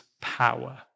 power